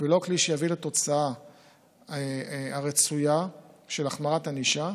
ולא כלי שיביא לתוצאה הרצויה של החמרת ענישה,